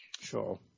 Sure